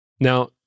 now